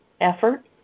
effort